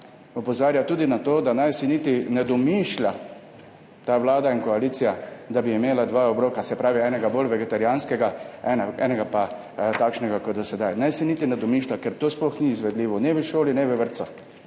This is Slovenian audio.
Opozarja tudi na to, da naj si niti ne domišljata ta vlada in koalicija, da bi imeli dva obroka, se pravi enega bolj vegetarijanskega, enega pa takšnega kot do sedaj. Naj si niti ne domišlja, ker to sploh ni izvedljivo ne v šoli ne v vrtcu,